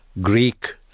Greek